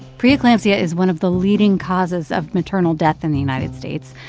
pre-eclampsia is one of the leading causes of maternal death in the united states.